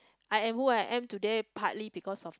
I'm who I'm today partly because of the